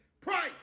price